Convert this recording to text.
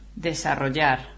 Desarrollar